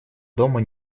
дома